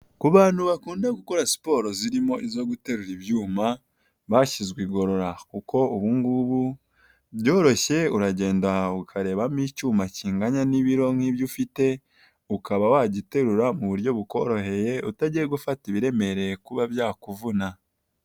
Ku bantu bakunda gukora siporo zirimo izo guterura ibyuma bashyizwe igorora, kuko ubungubu byoroshye uragenda ukarebamo icyuma kingana n'ibiro nk'ibyo ufite ukaba wagiterura mu buryo bukoroheye utagiye gufata ibiremereye kuba byakuvuna.